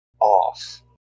Off